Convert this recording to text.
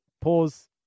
pause